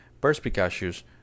perspicacious